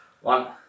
One